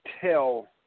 tell –